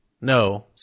No